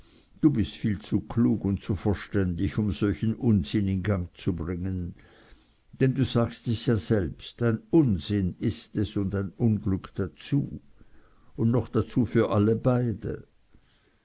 du bist viel zu klug und zu verständig um solchen unsinn in gang zu bringen denn du sagst es ja selbst ein unsinn ist es und ein unglück dazu und noch dazu für alle beide